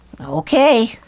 Okay